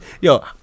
Yo